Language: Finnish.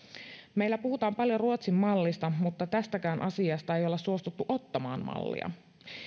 meillä puhutaan paljon ruotsin mallista mutta tästäkään asiasta ei olla suostuttu ottamaan mallia